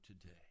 today